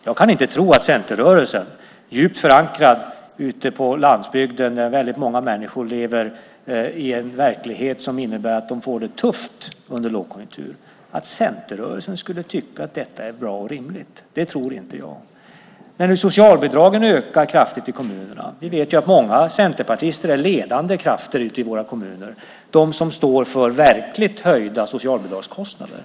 Jag kan inte tro att centerrörelsen, djupt förankrad ute på landsbygden där många människor lever i en verklighet som innebär att de får det tufft under lågkonjunktur, skulle tycka att detta är bra och rimligt. Det tror inte jag. Socialbidragen ökar nu kraftigt i kommunerna. Vi vet ju att många centerpartister är ledande krafter ute i våra kommuner - de som står för verkligt höjda socialbidragskostnader.